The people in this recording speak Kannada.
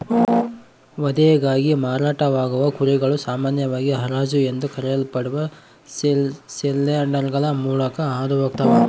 ವಧೆಗಾಗಿ ಮಾರಾಟವಾಗುವ ಕುರಿಗಳು ಸಾಮಾನ್ಯವಾಗಿ ಹರಾಜು ಎಂದು ಕರೆಯಲ್ಪಡುವ ಸೇಲ್ಯಾರ್ಡ್ಗಳ ಮೂಲಕ ಹಾದು ಹೋಗ್ತವ